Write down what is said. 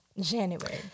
January